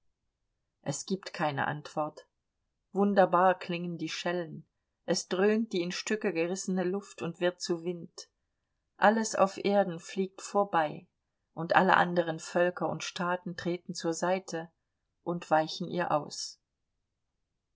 es gibt keine antwort wunderbar klingen die schellen es dröhnt die in stücke gerissene luft und wird zu wind alles auf erden fliegt vorbei und alle anderen völker und staaten treten zur seite und weichen ihr aus